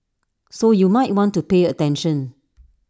so you might want to pay attention